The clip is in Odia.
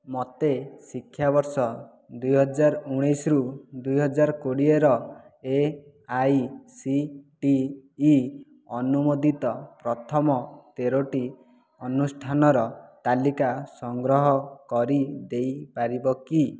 ମୋତେ ଶିକ୍ଷାବର୍ଷ ଦୁଇହଜାର ଉଣେଇଶରୁ ଦୁଇହଜାର କୋଡ଼ିଏର A I C T E ଅନୁମୋଦିତ ପ୍ରଥମ ତେରଟି ଅନୁଷ୍ଠାନର ତାଲିକା ସଂଗ୍ରହ କରିଦେଇପାରିବ କି